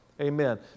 Amen